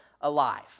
alive